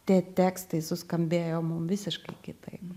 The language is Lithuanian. tie tekstai suskambėjo mum visiškai kitaip